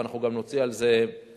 אנחנו גם נוציא מודעות,